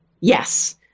Yes